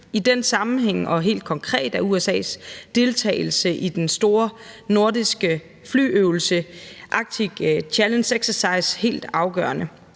I den sammenhæng og helt konkret er USA’s deltagelse i den store nordiske flyøvelse Arctic Challenge Exercise helt afgørende.